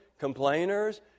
complainers